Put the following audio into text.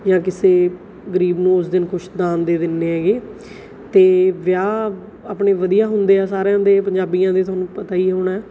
ਜਾਂ ਕਿਸੇ ਗਰੀਬ ਨੂੰ ਉਸ ਦਿਨ ਕੁਛ ਦਾਨ ਦੇ ਦਿੰਦੇ ਹੈਗੇ ਅਤੇ ਵਿਆਹ ਆਪਣੇ ਵਧੀਆ ਹੁੰਦੇ ਆ ਸਾਰਿਆਂ ਦੇ ਪੰਜਾਬੀਆਂ ਦੇ ਤੁਹਾਨੂੰ ਪਤਾ ਹੀ ਹੋਣਾ